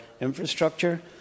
infrastructure